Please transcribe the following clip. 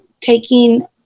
taking